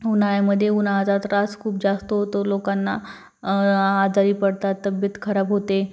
उन्हाळ्यामध्ये उन्हाचा त्रास खूप जास्त होतो लोकांना आजारी पडतात तब्येत खराब होते